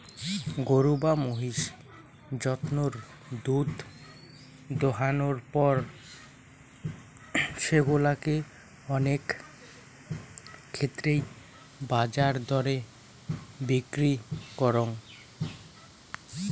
গরু বা মহিষ জন্তুর দুধ দোহানোর পর সেগুলা কে অনেক ক্ষেত্রেই বাজার দরে বিক্রি করাং